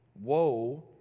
Woe